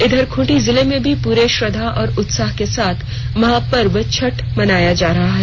इधर खूंटी जिले में भी पूरे श्रद्धा और उत्साह के साथ महापर्व छठ मनाया जा रहा है